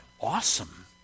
awesome